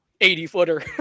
80-footer